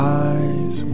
eyes